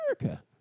America